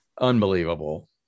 Unbelievable